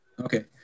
Okay